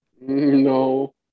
no